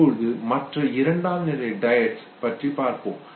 இப்பொழுது மற்ற இரண்டாம் நிலை டயட்ஸ் இருவுணர்வு கலப்பு பற்றி பார்ப்போம்